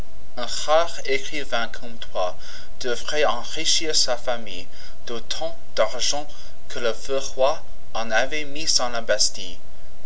écrivain comme toi devrait enrichir sa famille d'autant d'argent que le feu roi en avait mis en la bastille